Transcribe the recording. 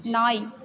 நாய்